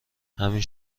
همین